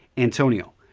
antonio,